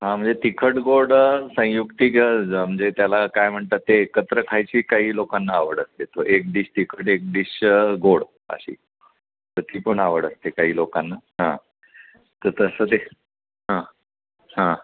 हां म्हणजे तिखट गोड संयुक्तिक म्हणजे त्याला काय म्हणतात ते एकत्र खायची काही लोकांना आवड असते तो एक डिश तिखट एक डिश गोड अशी तर ती पण आवड असते काही लोकांना हां तर तसं ते हां हां